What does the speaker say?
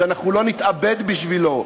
שאנחנו לא נתאבד בשבילו,